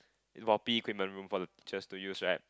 for P_E equipment room for the teachers to use right